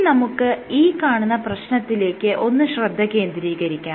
ഇനി നമുക്ക് ഈ കാണുന്ന പ്രശ്നത്തിലേക്ക് ഒന്ന് ശ്രദ്ധ കേന്ദ്രീകരിക്കാം